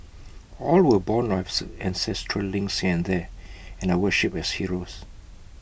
all were born or ancestral links there and worshipped as heroes